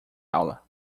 aula